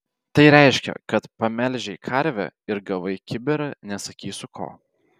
tai reiškia kad pamelžei karvę ir gavai kibirą nesakysiu ko